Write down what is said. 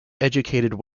educated